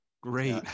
great